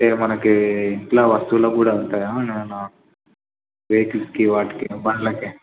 ఇక మనకు ఇంట్లో వస్తువులకు కూడా ఉంటాయా ఏమన్న వెహికల్స్కి వాటికి బండ్లకి